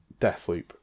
Deathloop